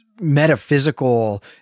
metaphysical